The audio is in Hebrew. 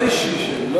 לא